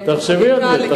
תחשבי על זה.